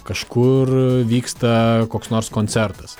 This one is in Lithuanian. kažkur vyksta koks nors koncertas